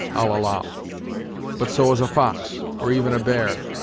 i'll allow but so has a fox, or even a bear.